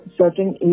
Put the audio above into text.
certain